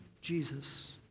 Jesus